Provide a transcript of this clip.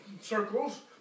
circles